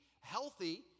healthy